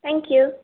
thank you